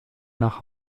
nach